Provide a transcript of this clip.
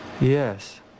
Yes